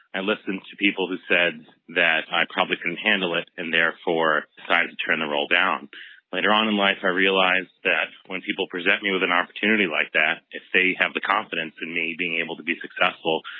i listened to people who said that i probably couldn't handle it and therefore decided to turn the role down later on in life, i realized that when people present me with an opportunity like that, if they have the confidence in me being able to be successful,